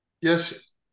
yes